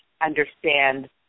understand